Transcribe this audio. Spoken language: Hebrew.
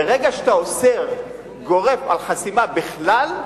ברגע שאתה אוסר גורף על חסימה בכלל,